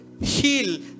heal